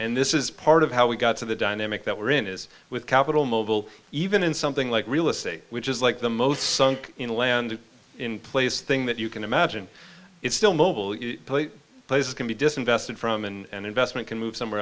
and this is part of how we got to the dynamic that we're in is with capital mobile even in something like real estate which is like the most sunk in land in place thing that you can imagine it's still mobile places can be disinvested from and investment can move somewhere